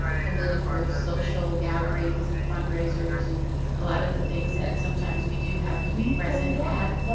political social gatherings and fundraisers, and a lot of the things that sometimes we do have to be present at.